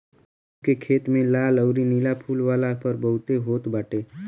गेंहू के खेत में लाल अउरी नीला फूल वाला खर बहुते होत बाटे